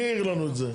מי העיר לנו את זה?